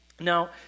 Now